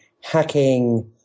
hacking